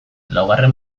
laugarren